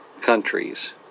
countries